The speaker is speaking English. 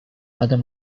other